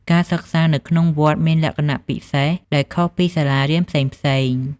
ការសិក្សានៅក្នុងវត្តមានលក្ខណៈពិសេសដែលខុសពីសាលារៀនផ្សេងៗ។